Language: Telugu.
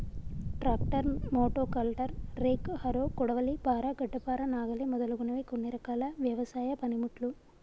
ట్రాక్టర్, మోటో కల్టర్, రేక్, హరో, కొడవలి, పార, గడ్డపార, నాగలి మొదలగునవి కొన్ని రకాల వ్యవసాయ పనిముట్లు